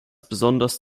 besonders